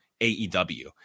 AEW